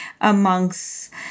amongst